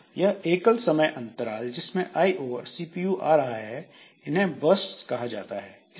यह एकल समय अंतराल जिसमें आइओ और सीपीयू आ रहा है इन्हें बर्स्ट्स कहा जाता है